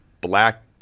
Black